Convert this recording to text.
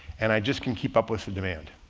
and i just can keep up with the demand.